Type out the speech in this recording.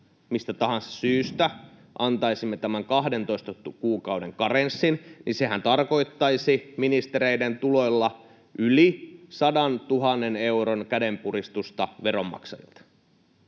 mistä tahansa syystä antaisimme tämän 12 kuukauden karenssin, niin sehän tarkoittaisi ministereiden tuloilla yli 100 000 euron kädenpuristusta veronmaksajilta.